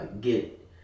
get